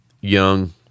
young